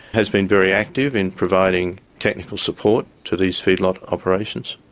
has been very active in providing technical support to these feedlot operations.